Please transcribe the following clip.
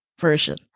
version